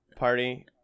party